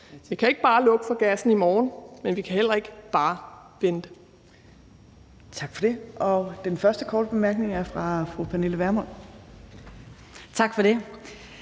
Vi kan ikke bare lukke for gassen i morgen, men vi kan heller ikke bare vente.